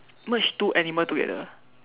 merge two animal together